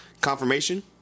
Confirmation